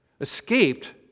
escaped